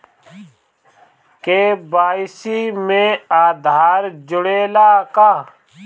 KYC में आधार जुड़े ला का?